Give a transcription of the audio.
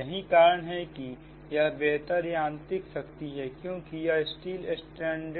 यही कारण है कि यह बेहतर यांत्रिक शक्ति है क्योंकि यह स्टील स्ट्रैंड